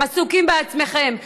עסוקים בעצמכם.